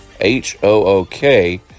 H-O-O-K